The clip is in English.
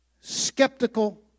Skeptical